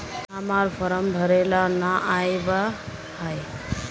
हम्मर फारम भरे ला न आबेहय?